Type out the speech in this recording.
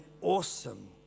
awesome